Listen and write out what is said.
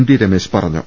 T Ramesh പറഞ്ഞു